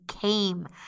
came